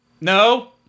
No